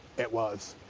it was.